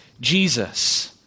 Jesus